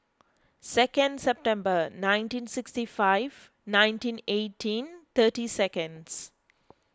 second September nineteen sixty five nineteen eighteen thirty seconds